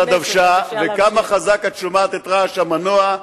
הדוושה וכמה חזק את שומעת את רעש המנוע,